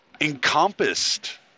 encompassed